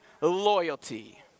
loyalty